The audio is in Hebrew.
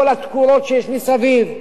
כל התקורות שיש מסביב?